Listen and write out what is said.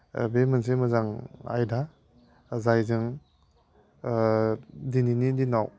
बे मोनसे मोजां आयदा जायजों दिनैनि दिनाव